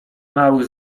małych